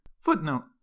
footnote